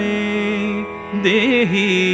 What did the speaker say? Dehi